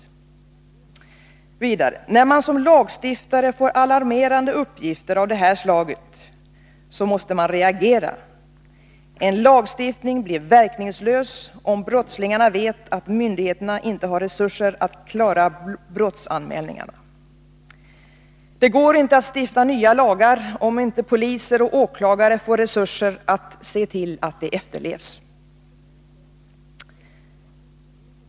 Arne Nygren sade vidare: ”När man såsom lagstiftare får alarmerande uppgifter av det här slaget, måste man reagera. En lagstiftning blir verkningslös, om brottslingarna vet att myndigheterna inte har resurser att klara brottsanmälningarna. —-—-— Det går inte att stifta nya lagar, om inte poliser och åklagare får resurser att se till att de efterlevs.